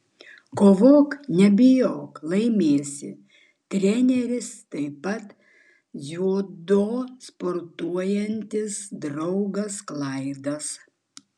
kovok nebijok laimėsi treneris taip pat dziudo sportuojantis draugas klaidas